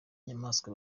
inyamaswa